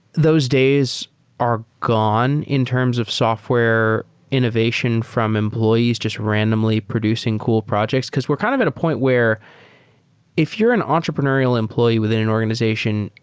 those days are gone in terms of software innovation from employees just randomly producing cool projects? because we're kind of at a point where if you're an entrepreneurial employee within an organization,